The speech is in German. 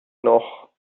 noch